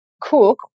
cook